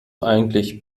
eigentlich